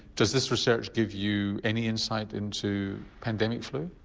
does this research give you any insight into pandemic flu?